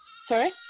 Sorry